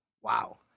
wow